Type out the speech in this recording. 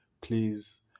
please